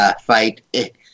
fight